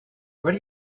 what